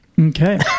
Okay